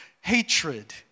Hatred